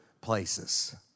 places